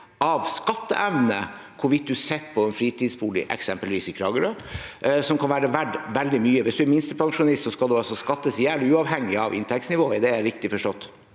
av skatteevne hvorvidt du sitter på en fritidsbolig, eksempelvis i Kragerø, som kan være verdt veldig mye? Hvis en er minstepensjonist, skal en altså skattes i hjel, uavhengig av inntektsnivået. Er det riktig forstått?